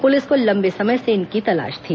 police को लंबे समय से इनकी तलाश थी